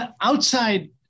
outside